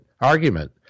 argument